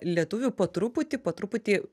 lietuvių po truputį po truputį